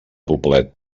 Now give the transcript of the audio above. poblet